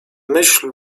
myśl